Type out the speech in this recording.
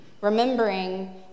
remembering